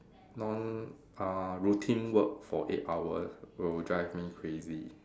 non uh routine work for eight hours will drive me crazy